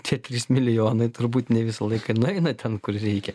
tie trys milijonai turbūt ne visą laiką ir nueina ten kur reikia